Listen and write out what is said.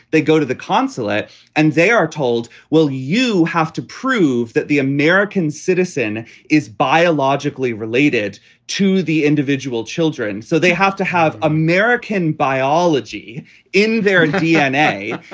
they go to the consulate and they are told, will you have to prove that the american citizen is biologically related to the individual children? so they have to have american biology in their dna.